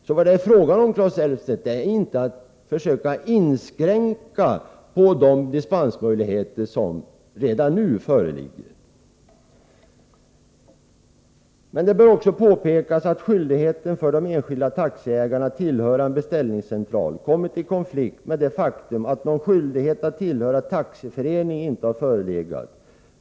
Så det är inte, Claes Elmstedt, fråga om att försöka inskränka på de dispensmöjligheter som redan nu finns. Det bör vidare påpekas att skyldigheten för de enskilda taxiägarna att tillhöra en beställningscentral kommit i konflikt med det faktum att någon skyldighet att tillhöra taxiförening inte har förelegat.